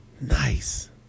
Nice